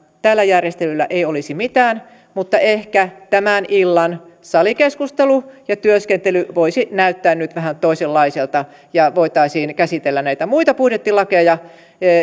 tällä järjestelyllä ei olisi mitään mutta ehkä tämän illan salikeskustelu ja työskentely voisi näyttää nyt vähän toisenlaiselta ja voitaisiin käsitellä näitä muita budjettilakeja